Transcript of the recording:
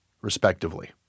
respectively